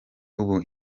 ubu